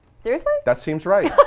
seriously? that seems right.